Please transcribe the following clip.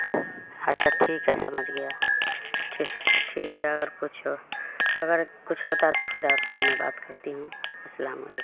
اچھا ٹھیک ہے سمجھ گیا ٹھیک ٹھیک ہے اگر کچھ ہو اگر کچھ ہوتا تو پھر آپ سے میں بات کرتی ہوں السلام علیکم